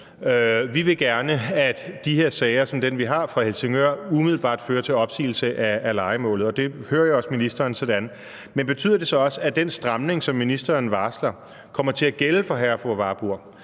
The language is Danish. Vi vil gerne have, at sager som den fra Helsingør umiddelbart fører til opsigelse af lejemålet, og det hører jeg også ministeren sige. Men betyder det så også, at den stramning, som ministeren varsler, kommer til at gælde for hr. og fru Warburg?